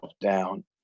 down